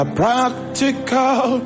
practical